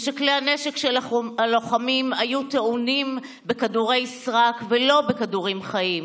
ושכלי הנשק של הלוחמים היו טעונים בכדורי סרק ולא בכדורים חיים.